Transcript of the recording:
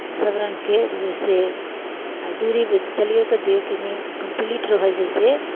सभ रङ्गके जइसे आ दूरी चलियौ तऽ देह कनि कम्प्लीट रहै जइसे